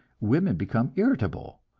women become irritable,